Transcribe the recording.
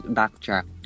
backtrack